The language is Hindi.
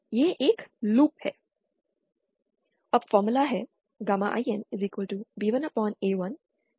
तो यह एक लूप है